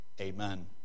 amen